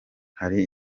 hari